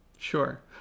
Sure